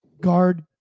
guard